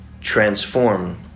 transform